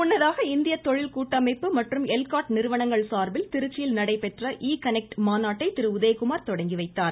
முன்னதாக இந்திய தொழில் கூட்டமைப்பு மற்றும் எல்காட் நிறுவனங்கள் சார்பில் திருச்சியில் நடைபெற்ற இ கனெக்ட் மாநாட்டை திரு உதயகுமார் தொடங்கி வைத்தார்